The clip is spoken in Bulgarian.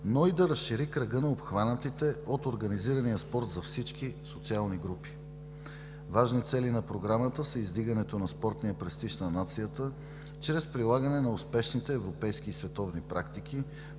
но и да разшири кръга на обхванатите от „организирания спорт за всички“ социални групи. Важни цели на Програмата са издигането на спортния престиж на нацията чрез прилагане на успешните европейски и световни практики